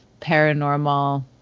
paranormal